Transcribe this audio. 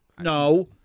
No